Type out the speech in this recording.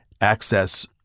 access